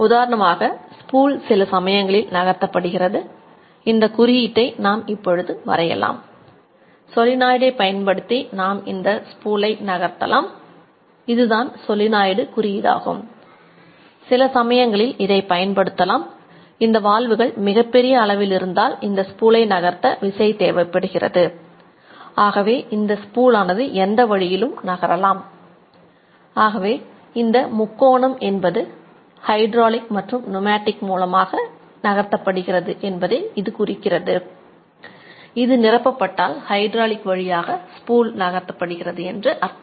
உதாரணமாக ஸ்பூல் நகர்த்தப்படுகிறது என்று அர்த்தம்